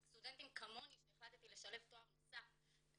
סטודנטים כמוני שהחלטתי לשלב תואר נוסף,